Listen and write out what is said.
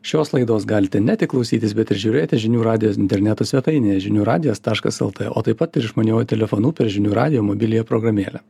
šios laidos galite ne tik klausytis bet ir žiūrėti žinių radijo interneto svetainėje žinių radijas taškas lt o taip pat ir išmaniuoju telefonu per žinių radijo mobiliąją programėlę